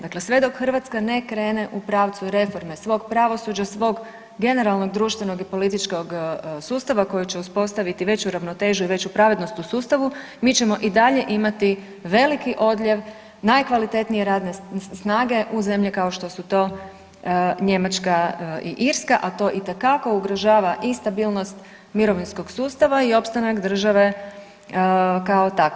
Dakle, sve dok Hrvatska ne krene u pravcu reforme svog pravosuđa, svog generalnog društvenog i političkog sustava koje će uspostaviti veću ravnotežu i veću pravednost u sustavu, mi ćemo i dalje imati veliki odljev najkvalitetnije radne snage u zemlje kao što su to Njemačka i Irska, a to itekako ugrožava i stabilnost mirovinskog sustava i opstanak države kao takve.